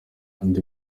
andi